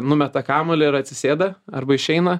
numeta kamuolį ir atsisėda arba išeina